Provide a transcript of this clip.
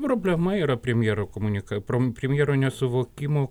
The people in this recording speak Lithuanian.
problema yra premjero komunika prom premjero nesuvokimo